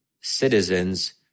citizens